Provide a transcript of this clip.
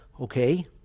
Okay